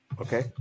Okay